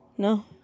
No